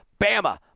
Bama